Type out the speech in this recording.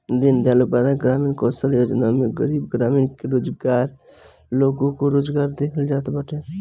दीनदयाल उपाध्याय ग्रामीण कौशल्य योजना में गरीब ग्रामीण बेरोजगार लोग को रोजगार देहल जात हवे